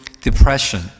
depression